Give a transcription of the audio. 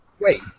Wait